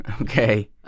Okay